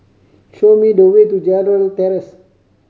show me the way to Gerald Terrace